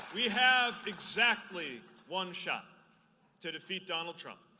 we have exactly one shot to defeat donald trump,